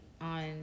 On